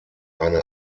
eine